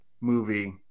movie